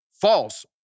False